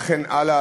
וכן הלאה,